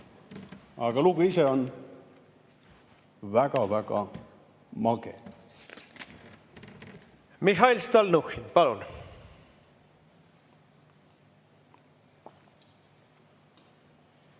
Aga lugu ise on väga-väga mage. Mihhail Stalnuhhin, palun!